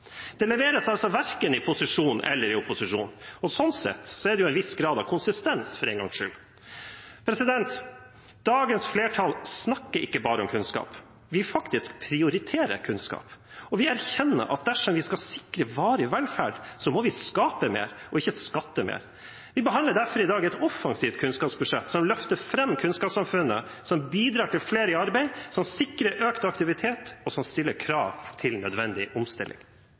Det leveres altså verken i posisjon eller i opposisjon. Sånn sett er det jo en viss grad av konsistens for en gangs skyld. Dagens flertall snakker ikke bare om kunnskap, vi prioriterer faktisk kunnskap. Vi erkjenner at dersom vi skal sikre varig velferd, må vi skape mer og ikke skatte mer. Vi behandler derfor i dag et offensivt kunnskapsbudsjett, som løfter fram kunnskapssamfunnet, som bidrar til flere i arbeid, som sikrer økt aktivitet, og som stiller krav til nødvendig omstilling.